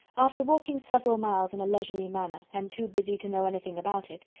after walking several miles in a leisurely manner, and too busy to know anything about it,